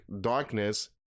darkness